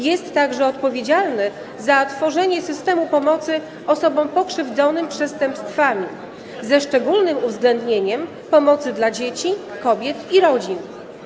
Jest także odpowiedzialny za tworzenie systemu pomocy osobom pokrzywdzonym przestępstwami, ze szczególnym uwzględnieniem pomocy dla dzieci, kobiet i rodzin.